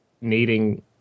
needing